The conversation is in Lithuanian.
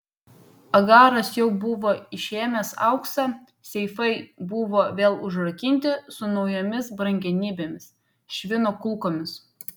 agaras jau buvo išėmęs auksą seifai buvo vėl užrakinti su naujomis brangenybėmis švino kulkomis